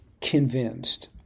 convinced